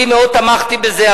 אני מאוד תמכתי בזה.